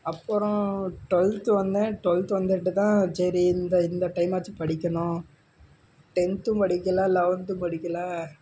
அப்புறம் ட்வெல்த் வந்தேன் ட்வெல்த் வந்துவிட்டுதான் சரி இந்த இந்த டைமாச்சும் படிக்கணும் டென்த்தும் படிக்கலை லெவன்த்தும் படிக்கலை